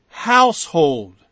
household